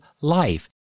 life